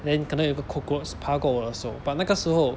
then 可能有个一个 cockroach 爬过我的手 but 那个时候